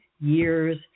years